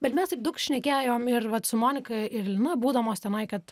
bet mes taip daug šnekėjom ir vat su monika ir lina būdamos tenai kad